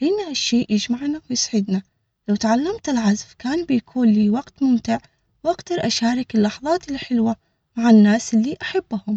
لأن هالشي يجمعنا ويسعدنا لو تعلمت العزف كان بيكون لي وقت.